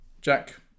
Jack